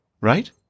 right